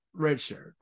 redshirt